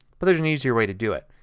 but there is an easier way to do it.